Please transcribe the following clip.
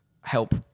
help